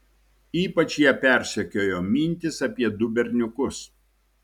ypač ją persekiojo mintys apie du berniukus